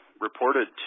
reported